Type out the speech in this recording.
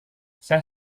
saya